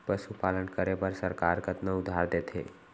पशुपालन करे बर सरकार कतना उधार देथे?